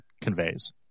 conveys